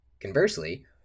Conversely